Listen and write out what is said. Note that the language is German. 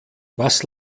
was